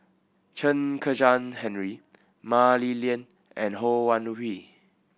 Chen Kezhan Henri Mah Li Lian and Ho Wan Hui